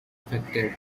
affected